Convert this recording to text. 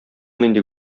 нинди